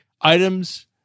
items